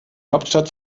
hauptstadt